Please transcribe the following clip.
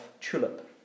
tulip